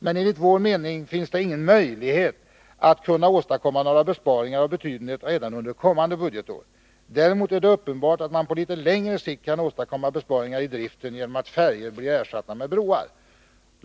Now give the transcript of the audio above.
Men enligt vår mening finns det ingen möjlighet att åstadkomma några besparingar av betydenhet redan under kommande budgetår. Däremot är det uppenbart att man på litet längre sikt kan åstadkomma besparingar i driften genom att färjor blir ersatta med broar.